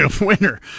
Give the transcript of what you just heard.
winner